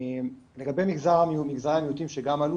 לגבי מגזר המיעוטים שגם עלה,